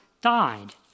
died